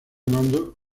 mando